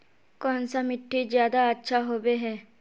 कौन सा मिट्टी ज्यादा अच्छा होबे है?